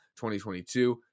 2022